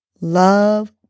love